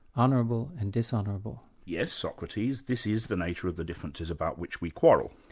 honourable and dishonourable. yes, socrates, this is the nature of the differences about which we quarrel.